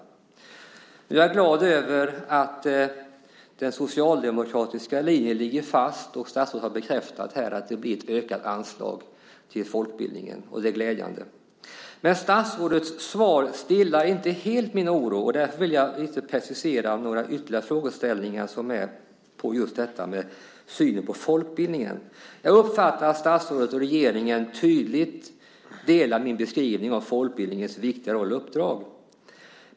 Nu är jag glad över att den socialdemokratiska linjen ligger fast. Statsrådet har bekräftat att det blir ett ökat anslag till folkbildningen. Det är glädjande. Statsrådets svar stillar dock inte helt min oro, och därför vill jag precisera några ytterligare frågor just kring synen på folkbildning. Jag uppfattar att statsrådet och regeringen tydligt delar min beskrivning av folkbildningens viktiga roll och uppdrag.